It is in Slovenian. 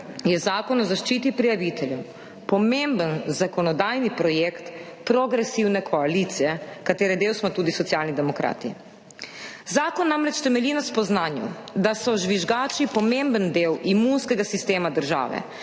je zakon o zaščiti prijaviteljev pomemben zakonodajni projekt progresivne koalicije, katere del smo tudi Socialni demokrati. Zakon namreč temelji na spoznanju, da so žvižgači pomemben del imunskega sistema države,